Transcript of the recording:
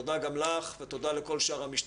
תודה גם לך ותודה לכל שאר המשתתפים.